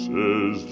Says